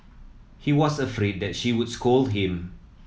he was afraid that she would scold him